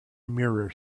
mirror